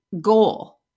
goal